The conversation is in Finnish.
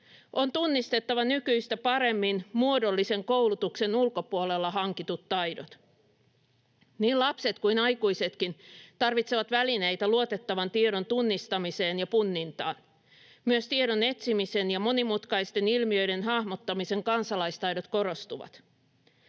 On tunnistettava nykyistä paremmin muodollisen koulutuksen ulkopuolella hankitut taidot. Niin lapset kuin aikuisetkin tarvitsevat välineitä luotettavan tiedon tunnistamiseen ja punnintaan. Myös tiedon etsimisen ja monimutkaisten ilmiöiden hahmottamisen kansalaistaidot korostuvat.